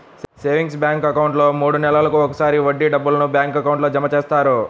savings bank అకౌంట్లో మూడు నెలలకు ఒకసారి వడ్డీ డబ్బులను బ్యాంక్ అకౌంట్లో జమ చేస్తారు